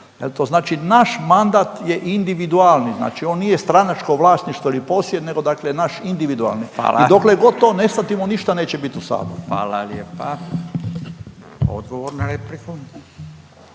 znači naš mandat je individualni. Znači on nije stranačko vlasništvo ili posjed, nego dakle naš individualni. I dokle god to ne shvatimo … …/Upadica Radin: Hvala./… … ništa neće bit